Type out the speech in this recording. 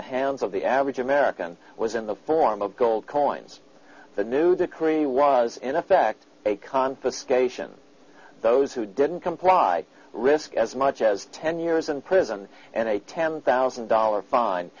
the hands of the average american was in the form of gold coins the new decree was in effect a confiscation those who didn't comply risk as much as ten years in prison and a ten thousand dollar fine